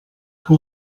que